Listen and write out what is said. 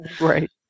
Right